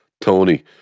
Tony